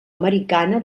americana